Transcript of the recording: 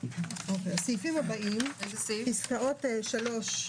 הסעיפים הבאים: פסקאות (3),